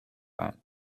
fact